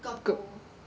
got both